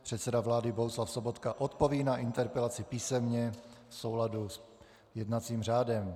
Předseda vlády Bohuslav Sobotka odpoví na interpelaci písemně v souladu s jednacím řádem.